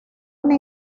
una